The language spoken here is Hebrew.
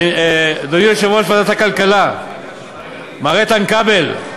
אדוני יושב-ראש ועדת הכלכלה מר איתן כבל,